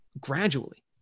gradually